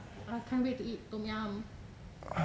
I can't wait to eat tom yum